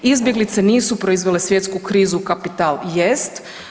Izbjeglice nisu proizvele svjetsku krizu, kapital jest.